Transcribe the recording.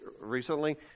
recently